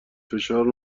فشار